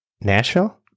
Nashville